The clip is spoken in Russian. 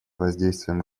воздействием